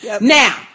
Now